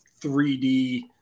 3D